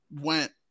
went